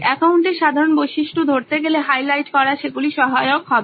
অ্যাকাউন্টে সাধারণ বৈশিষ্ট্য ধরতে গেলে হাইলাইট করা সেগুলি সহায়ক হবে